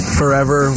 forever